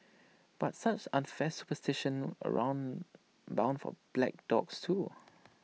but such unfair superstitions around bound for black dogs too